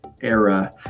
era